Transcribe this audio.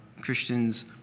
Christians